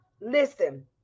Listen